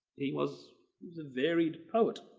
he was the varied poet.